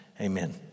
amen